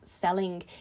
selling